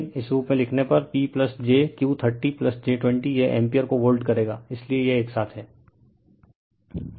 लेकिन इस रूप में लिखने पर P jQ30 j 20 यह एम्पियर को वोल्ट करेगा इसलिए यह एक साथ है